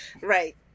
Right